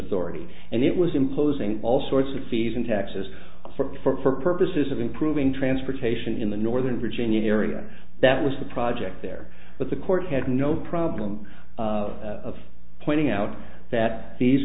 authority and it was imposing all sorts of fees and taxes for purposes of improving transportation in the northern virginia area that was the project there but the court had no problem of pointing out that these